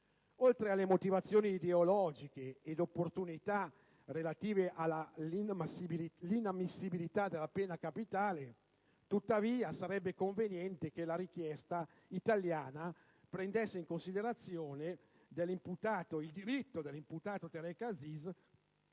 Oltre a motivazioni ideologiche e alle opportunità relative all'inammissibilità della pena capitale, sarebbe conveniente che la richiesta italiana prendesse in considerazione il diritto dell'imputato Tareq Aziz